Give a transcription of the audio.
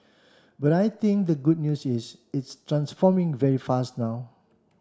but I think the good news is it's transforming very fast now